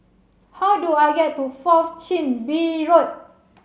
how do I get to Fourth Chin Bee Road